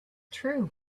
true